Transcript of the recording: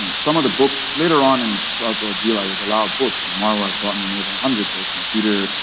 you know some of the books later on and throughout the ordeal, i was allowed books, and marwa had brought be more than a hundred books, and peter,